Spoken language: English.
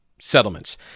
settlements